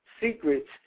secrets